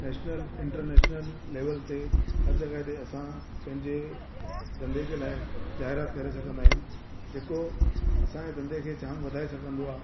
national international level ते हर जॻह ते असां पंहिंजे धंदे जे लाइ जाहिरात करे सघंदा आहियूं जेको असांजे धंदे खे जाम वधाए सघंदो आहे